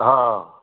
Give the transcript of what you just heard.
हा